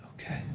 Okay